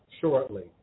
shortly